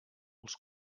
els